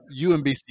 UMBC